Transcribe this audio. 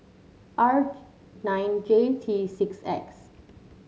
R nine J T six X